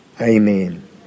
Amen